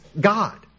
God